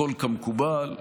הכול כמקובל,